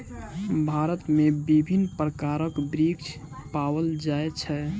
भारत में विभिन्न प्रकारक वृक्ष पाओल जाय छै